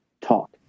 talk